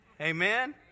Amen